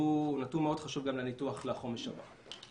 והוא נתון חשוב מאוד גם לניתוח לחומש הבא.